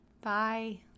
Bye